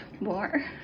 more